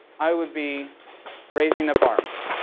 i would be raising up arms,